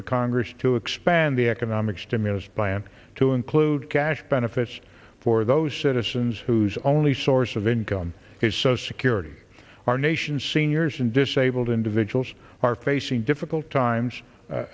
the congress to expand the economic stimulus plan to include cash benefits for those citizens whose only source of income is so security our nation's seniors and disabled individuals are facing difficult times